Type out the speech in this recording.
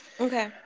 Okay